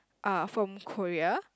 uh from Korea